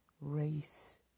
Race